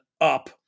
up